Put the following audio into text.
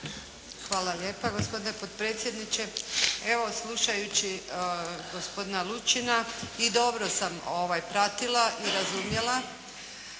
Hvala lijepa gospodine potpredsjedniče. Evo slušajući gospodina Lučina i dobro sam pratila i razumjela